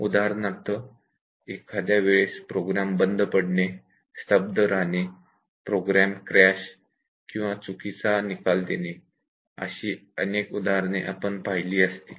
उदाहरणार्थ एखाद्या वेळेस प्रोग्राम बंद पडणे स्तब्ध राहणे प्रोग्राम क्रॅश किंवा चुकीचा निकाल देणे अशी अनेक उदाहरणे आपण पाहिली असतील